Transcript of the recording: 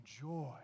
joy